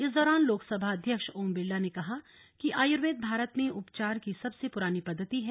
इस दौरान लोकसभा अध्यक्ष ओम बिरला ने कहा कि आयुर्वेद भारत में उपचार की सबसे पुरानी पद्वति है